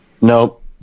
Nope